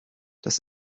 das